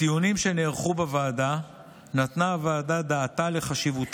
בדיונים שנערכו בוועדה נתנה הוועדה דעתה לחשיבות